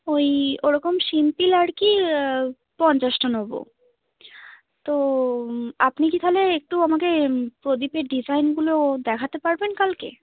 ওই ওরকম সিম্পল আর কি পঞ্চাশটা নেব তো আপনি কি তাহলে একটু আমাকে প্রদীপের ডিজাইনগুলো দেখাতে পারবেন কালকে